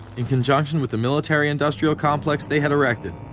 in conjunction with the military industrial complex they had erected,